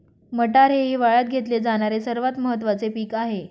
मटार हे हिवाळयात घेतले जाणारे सर्वात महत्त्वाचे पीक आहे